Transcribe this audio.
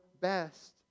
best